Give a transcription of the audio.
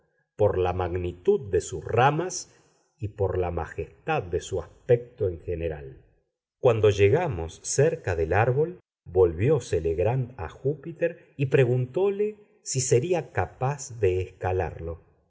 por la magnitud de sus ramas y por la majestad de su aspecto en general cuando llegamos cerca del árbol volvióse legrand a júpiter y preguntóle si sería capaz de escalarlo